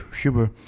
Huber